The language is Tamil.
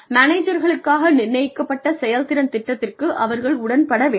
மேனேஜர்களுக்காக நிர்ணயிக்கப்பட்ட செயல்திறன் திட்டத்திற்கு அவர்கள் உடன்பட வேண்டும்